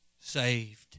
saved